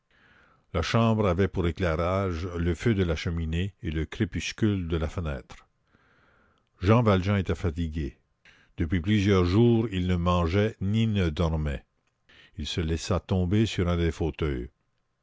la chambre avait pour éclairage le feu de la cheminée et le crépuscule de la fenêtre jean valjean était fatigué depuis plusieurs jours il ne mangeait ni ne dormait il se laissa tomber sur un des fauteuils